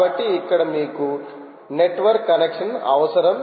కాబట్టి ఇక్కడ మీకు నెట్వర్క్ కనెక్షన్ అవసరం